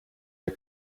der